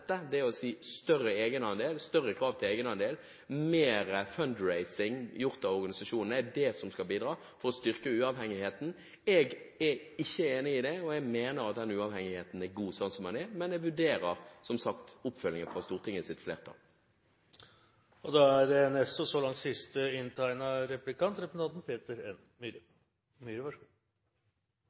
bidra til å styrke uavhengigheten. Jeg er ikke enig i det, og jeg mener at uavhengigheten er god som den er. Men jeg vurderer, som sagt, oppfølgingen fra Stortingets flertall. I mitt første innlegg var jeg inne på det